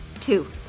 two